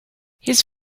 his